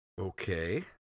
Okay